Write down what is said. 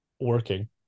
working